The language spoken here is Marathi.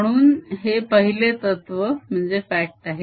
म्हणून हे पहिले तत्व आहे